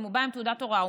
אם הוא בא עם תעודת הוראה,